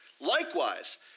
Likewise